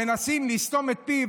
מנסים לסתום את פיו,